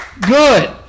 good